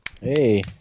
Hey